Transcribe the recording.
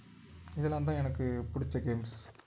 இதெலாம் தான் எனக்கு பிடிச்ச கேம்ஸ்